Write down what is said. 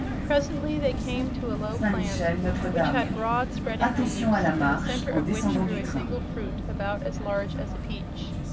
presently they came to a low plant which had broad, spreading leaves, in the center of which grew a single fruit about as large as a peach.